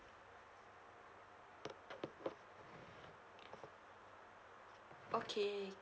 okay